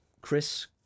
Chris